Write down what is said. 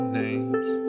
names